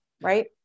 right